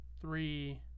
three